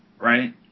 right